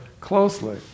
closely